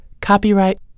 Copyright